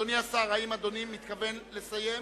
אדוני השר, האם אדוני מתכוון לסיים?